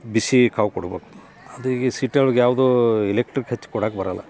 ಬಿಸಿ ಕಾವು ಕೊಡ್ಬೇಕ್ ಅದು ಈಗ ಸಿಟಿಯೊಳಗೆ ಯಾವುದೂ ಇಲೆಕ್ಟ್ರಿಕ್ ಹಚ್ಚಿ ಕೊಡಕ್ಕೆ ಬರೋಲ್ಲ